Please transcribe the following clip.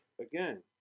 again